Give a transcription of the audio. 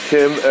Kim